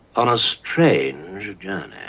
on a straight john and